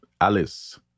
Alice